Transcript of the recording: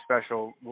special